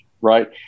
right